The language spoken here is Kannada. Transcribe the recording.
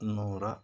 ನೂರ